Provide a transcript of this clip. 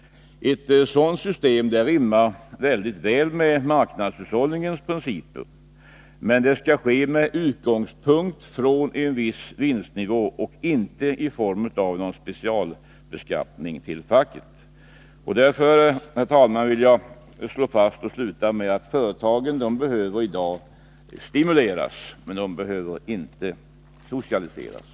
Ett sådant system rimmar mycket väl med marknadshushållningens principer, men vinstdelningen skall ske med utgångspunkt i en viss vinstnivå och inte tas ut som någon form av specialbeskattning till facket. Därför, herr talman, vill jag avsluta med att slå fast att företagen i dag behöver stimuleras men inte socialiseras!